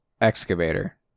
excavator